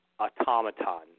automaton